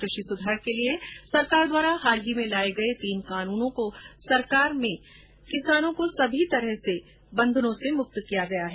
कृषि सुधार के लिए सरकार द्वारा हाल ही में लाए गए तीन कानूनो ने किसानों को सभी तरह के बंधनों से मुक्त कियाँ है